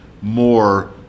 more